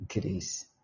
grace